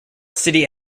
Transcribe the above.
city